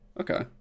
Okay